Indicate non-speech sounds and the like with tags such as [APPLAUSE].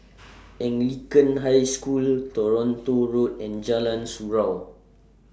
[NOISE] Anglican High School Toronto Road and Jalan Surau